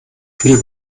viel